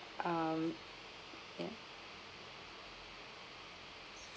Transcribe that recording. um ya